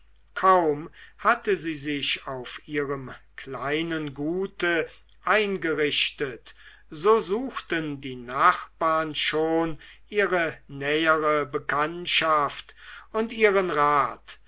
kaum hatte sie sich auf ihrem kleinen gute eingerichtet so suchten die nachbarn schon ihre nähere bekanntschaft und ihren rat